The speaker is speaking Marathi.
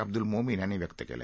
अब्दुल मोमीन यांनी व्यक्त केलं